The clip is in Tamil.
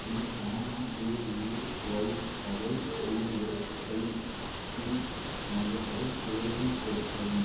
பிஎம்ஜெஏஒய் வகை இஎஸ்ஐசி மையங்களை தேடிக்கொடுக்கவும்